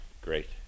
great